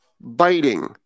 biting